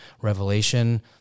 Revelation